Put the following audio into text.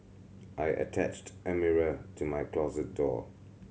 I attached a mirror to my closet door